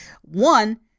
One